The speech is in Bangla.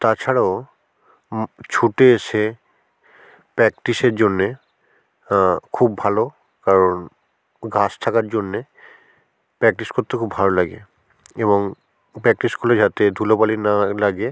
তাছাড়াও ছুটে এসে প্র্যাকটিসের জন্য খুব ভালো কারণ ঘাস থাকার জন্য প্র্যাকটিস করতে খুব ভালো লাগে এবং প্র্যাকটিস করলে যাতে ধুলোবালি না লাগে